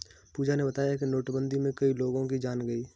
पूजा ने बताया कि नोटबंदी में कई लोगों की जान गई